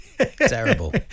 Terrible